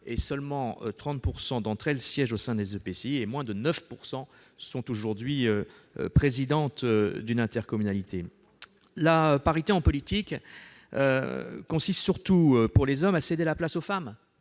seulement 30 % d'entre elles siègent au sein des EPCI et moins de 9 % sont présidentes d'une intercommunalité. La parité en politique consiste surtout, pour les hommes, à céder la place aux femmes.